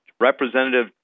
Representative